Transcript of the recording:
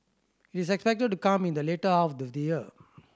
it is expected to come in the later half of the year